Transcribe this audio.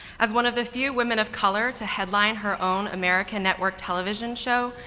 as one of the few women of color to headline her own american network television show,